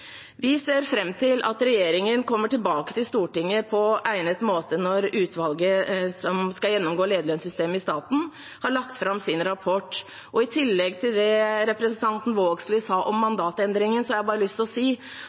Vi ser fram til at regjeringen kommer tilbake til Stortinget på egnet måte når utvalget som skal gjennomgå lederlønnssystemet i staten, har lagt fram sin rapport. I tillegg til det representanten Vågslid sa om mandatendringen, har jeg bare lyst til å si